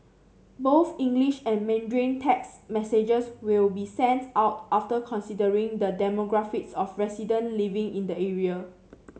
both English and Mandarin text messages will be sent out after considering the demographics of resident living in the area